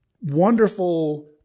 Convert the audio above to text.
wonderful